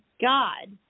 God